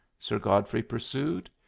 sir godfrey pursued.